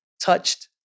touched